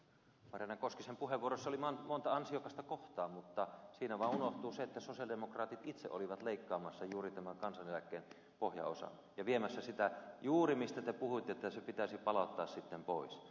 marjaana koskisen puheenvuorossa oli monta ansiokasta kohtaa mutta siinä vaan unohtui se että sosialidemokraatit itse olivat leikkaamassa juuri tämän kansaneläkkeen pohjaosan ja viemässä juuri sitä mistä te puhuitte että se pitäisi palauttaa sitten takaisin